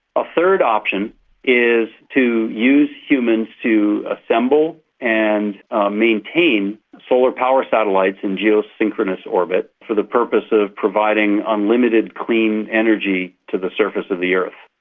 a third option is to use humans to assemble and maintain solar power satellites in geosynchronous orbit for the purpose of providing unlimited clean energy to the surface of the earth.